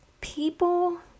people